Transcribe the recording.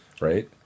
right